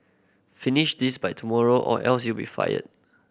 finish this by tomorrow or else you'll be fired